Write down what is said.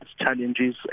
challenges